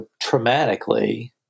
traumatically